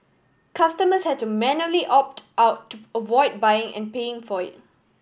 customers had to manually opt out to avoid buying and paying for it